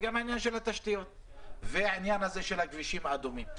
עניין התשתיות ועניין הכבישים האדומים.